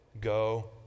go